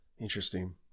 Interesting